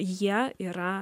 jie yra